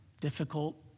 difficult